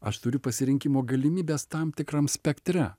aš turiu pasirinkimo galimybes tam tikram spektre